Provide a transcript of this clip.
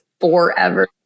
forever